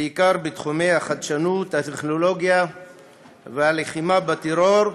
בעיקר בתחומי החדשנות, הטכנולוגיה והלחימה בטרור,